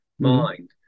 mind